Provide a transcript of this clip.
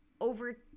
over